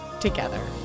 together